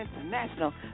international